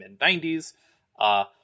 mid-90s